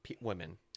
women